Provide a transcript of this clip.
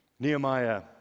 Nehemiah